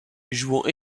jouant